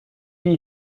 wir